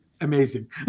Amazing